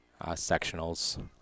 sectionals